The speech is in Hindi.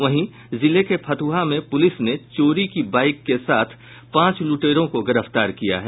वहीं जिले के फतुहा में पूलिस ने चोरी की बाइक के साथ पांच लूटेरों को गिरफ्तार किया है